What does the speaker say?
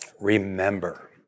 Remember